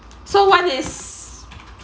so one is